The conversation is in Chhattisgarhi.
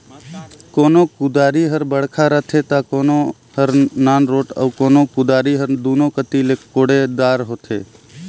कोनो कुदारी हर बड़खा रहथे ता कोनो हर नानरोट अउ कोनो कुदारी हर दुनो कती ले कोड़े दार होथे